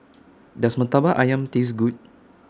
Does Murtabak Ayam Taste Good